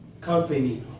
company